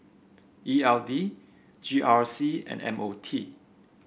E L D G R C and M O T